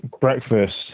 breakfast